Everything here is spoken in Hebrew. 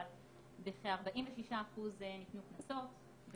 אבל בכ-46% ניתנו קנסות,